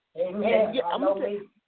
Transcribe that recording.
Amen